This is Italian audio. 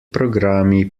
programmi